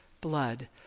blood